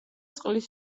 წყლის